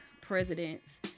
presidents